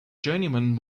journeyman